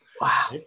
Wow